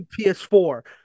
PS4